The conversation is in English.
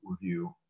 review